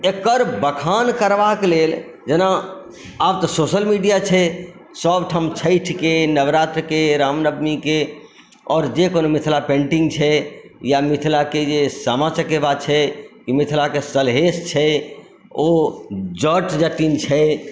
एकर बखान करबाक लेल जेना आब तऽ सोशल मीडिया छै सभठाम छठिके नवरात्रके राम नवमीके आओर जे कोनो मिथिला पैन्टिंग छै या मिथिलाके जे सामा चकेबा छै ई मिथिलाके सलहेस छै ओ जट जटिन छै